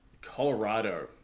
Colorado